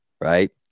right